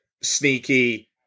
sneaky